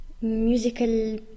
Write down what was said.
musical